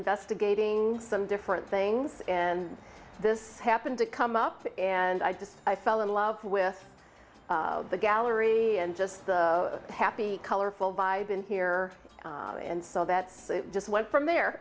investigating some different things and this happened to come up and i just i fell in love with the gallery and just the happy colorful vibe in here and so that just went from there